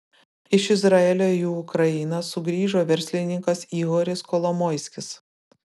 iš izraelio į ukrainą sugrįžo verslininkas ihoris kolomoiskis